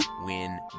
win